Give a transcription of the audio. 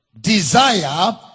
desire